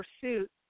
pursuit